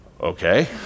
okay